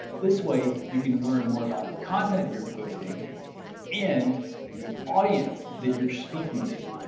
this way you can learn more about the content of your posting and the audience that you're speaking to.